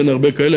ואין הרבה כאלה,